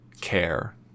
care